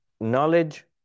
knowledge